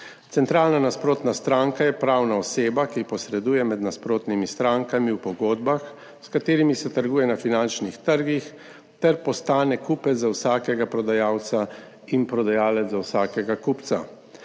Centralna nasprotna stranka je pravna oseba, ki posreduje med nasprotnimi strankami v pogodbah, s katerimi se trguje na finančnih trgih, ter postane kupec za vsakega prodajalca in prodajalec za vsakega kupca.